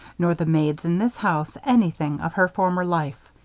nor the maids in this house, anything of her former life.